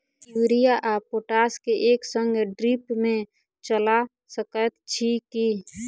Urea आ potash केँ एक संगे ड्रिप मे चला सकैत छी की?